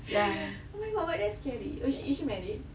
oh my god but that's scary is she is she married